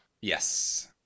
yes